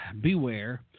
beware